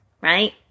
right